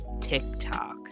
tiktok